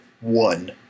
one